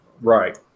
right